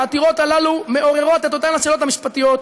העתירות הללו מעוררות את אותן שאלות משפטיות.